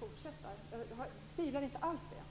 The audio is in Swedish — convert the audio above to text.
fortsättningsvis. Jag har alls inga tvivel där.